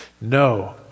No